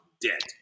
debt